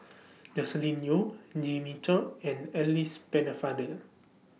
Joscelin Yeo Jimmy Chok and Alice Pennefather